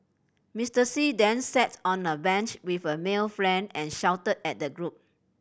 Mister See then sat on a bench with a male friend and shouted at the group